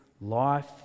life